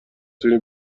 تونی